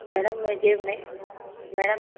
madam मुझे में madam